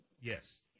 Yes